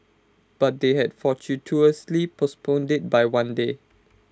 but they had fortuitously postponed IT by one day